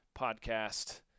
podcast